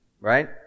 right